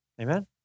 Amen